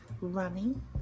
running